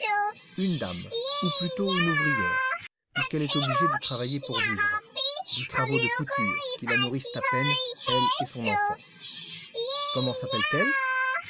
une dame ou plutôt une ouvrière puisqu'elle est obligée de travailler pour vivre des travaux de couture qui la nourrissent à peine elle et son enfant comment sappelle t elle